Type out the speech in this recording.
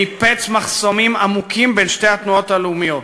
ניפץ מחסומים עמוקים בין שתי התנועות הלאומיות.